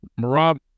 Marab